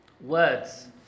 words